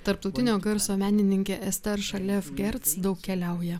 tarptautinio garso menininkė ester šalevgerc daug keliauja